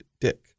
Dick